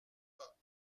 pas